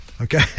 Okay